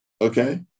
Okay